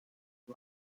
des